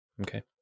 Okay